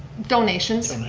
donations.